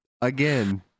Again